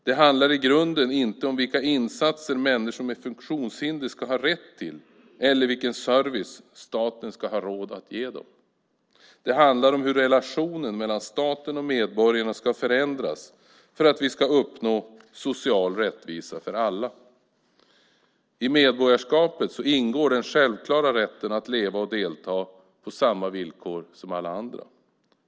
Det handlar i grunden inte om vilka insatser människor med funktionshinder ska ha rätt till eller om vilken service staten ska ha råd att ge dem. Det handlar om hur relationen mellan staten och medborgarna ska förändras för att vi ska uppnå social rättvisa för alla. I medborgarskapet ingår den självklara rätten att leva och delta på samma villkor som alla andra.